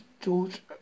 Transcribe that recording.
George